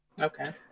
Okay